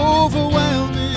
overwhelming